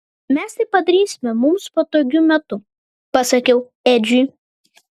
mes tai padarysime mums patogiu metu pasakiau edžiui